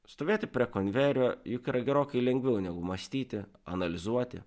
stovėti prie konvejerio juk yra gerokai lengviau negu mąstyti analizuoti